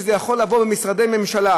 זה יכול להיות במשרדי ממשלה,